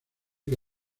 que